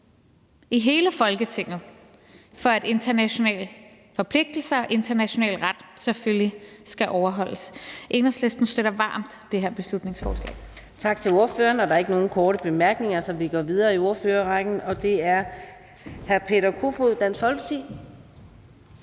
i hele Folketinget for, at internationale forpligtelser og international ret selvfølgelig skal overholdes. Enhedslisten støtter varmt det her beslutningsforslag. Kl. 17:49 Fjerde næstformand (Karina Adsbøl): Tak til ordføreren. Der er ikke nogen korte bemærkninger, så vi går videre i ordførerrækken til hr. Peter Kofod, Dansk Folkeparti.